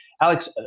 Alex